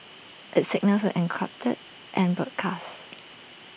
its signals are encrypted and broadcast